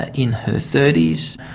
ah in her thirty s,